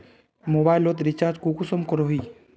Mobile लोत recharge कुंसम करोही?